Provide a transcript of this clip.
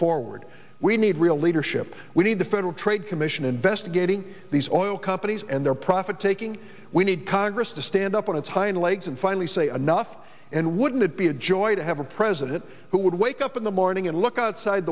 forward we need real leadership we need the federal trade commission investigating these oil companies and their profit taking we need congress to stand up on its hind legs and finally say enough and wouldn't it be a joy to have a president who would wake up in the morning and look outside